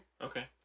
Okay